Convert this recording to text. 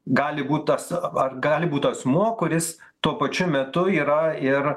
gali būt as ar gali būt asmuo kuris tuo pačiu metu yra ir